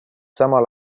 samal